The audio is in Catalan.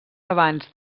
abans